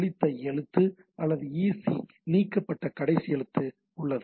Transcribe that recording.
அழித்த எழுத்து அல்லது EC நீக்கப்பட்ட கடைசி எழுத்து உள்ளது